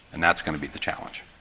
and that's going to be the challenge.